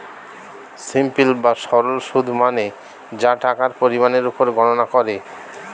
simple বা সরল সুদ মানে যা টাকার পরিমাণের উপর গণনা করে